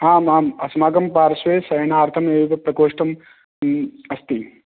आम आम् अस्माकं पार्श्वे सयनार्थम् एकप्रकोष्ठम् अस्ति